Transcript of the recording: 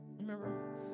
Remember